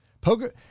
Poker